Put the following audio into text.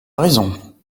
raison